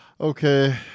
Okay